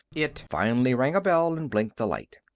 it finally rang a bell and blinked a light.